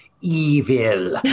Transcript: evil